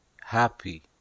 happy